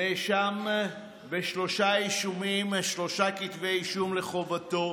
נאשם בשלושה אישומים, שלושה כתבי אישום לחובתו,